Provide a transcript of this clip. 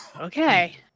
Okay